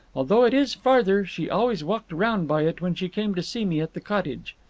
although it is farther, she always walked round by it when she came to see me at the cottage.